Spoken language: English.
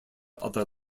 other